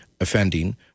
offending